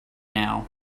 now